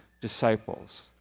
disciples